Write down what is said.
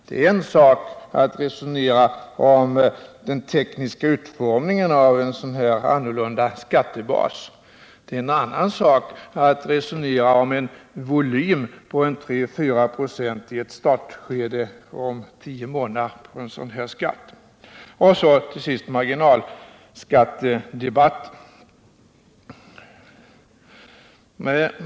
Det är en sak att resonera om den tekniska utformningen av en sådan här annorlunda skattebas — det är en annan sak att resonera om en omfattning av en sådan här skatt på 34 96 i ett startskede om tio månader. Till sist till marginalskattedebatten.